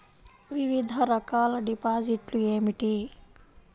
వివిధ రకాల డిపాజిట్లు ఏమిటీ?